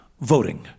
voting